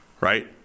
right